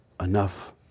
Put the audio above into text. enough